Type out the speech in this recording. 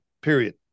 period